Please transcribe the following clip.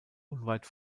unweit